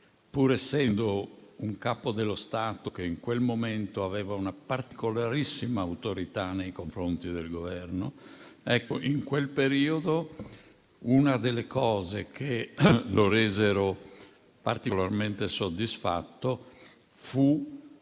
pur essendo un Capo dello Stato che in quel momento aveva una particolarissima autorità nei confronti del Governo, in quel periodo una delle cose che lo resero particolarmente soddisfatto fu